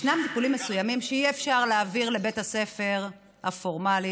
טיפולים מסוימים שאי-אפשר להעביר לבית הספר הפורמלי,